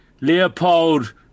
Leopold